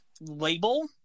label